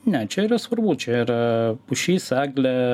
ne čia yra svarbu čia yra pušis eglė